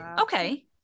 Okay